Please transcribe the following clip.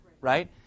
right